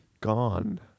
gone